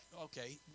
Okay